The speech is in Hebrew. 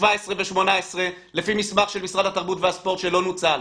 17' ו-18' לפי מסמך של משרד התרבות והספורט שלא נוצל.